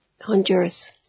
Honduras